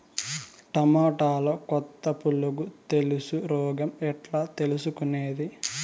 టమోటాలో కొత్త పులుగు తెలుసు రోగం ఎట్లా తెలుసుకునేది?